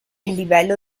livello